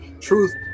truth